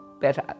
better